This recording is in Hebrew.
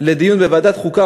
לדיון בוועדת החוקה,